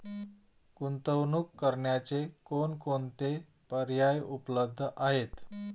गुंतवणूक करण्याचे कोणकोणते पर्याय उपलब्ध आहेत?